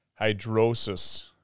hydrosis